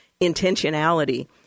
intentionality